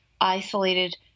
isolated